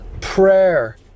Prayer